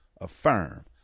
Affirm